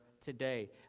today